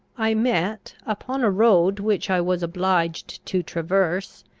i met, upon a road which i was obliged to traverse,